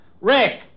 Rick